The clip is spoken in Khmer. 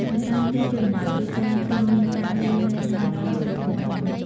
នៅតាមទីជនបទ គេច្រើនឃើញមានការលេងនៅក្រោមដើមឈើធំៗ។